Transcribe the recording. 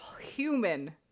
human